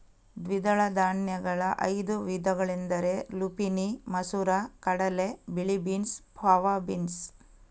ದ್ವಿದಳ ಧಾನ್ಯಗಳ ಐದು ವಿಧಗಳೆಂದರೆ ಲುಪಿನಿ ಮಸೂರ ಕಡಲೆ, ಬಿಳಿ ಬೀನ್ಸ್, ಫಾವಾ ಬೀನ್ಸ್